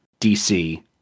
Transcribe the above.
DC